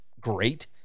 great